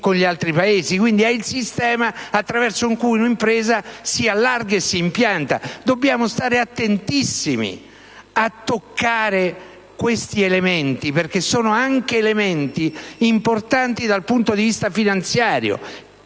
Questo è il sistema attraverso cui un'impresa si allarga e si impianta. Pertanto, dobbiamo stare attentissimi a toccare questi elementi, che sono importanti anche dal punto di vista finanziario.